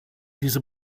diese